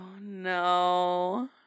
no